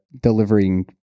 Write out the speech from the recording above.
delivering